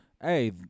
Hey